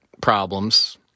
problems